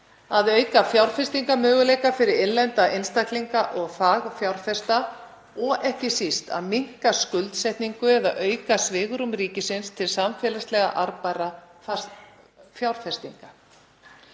að auka fjárfestingarmöguleika fyrir innlenda einstaklinga og fagfjárfesta og ekki síst að minnka skuldsetningu eða auka svigrúm ríkisins til samfélagslega arðbærra fjárfestinga.